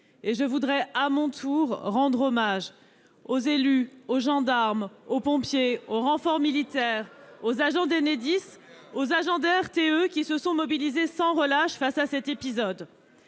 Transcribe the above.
et je voudrais à mon tour rendre hommage aux élus, aux gendarmes, aux pompiers, aux renforts militaires, aux agents d'Enedis et de RTE, qui se sont mobilisés sans relâche. Vous l'avez dit, cet épisode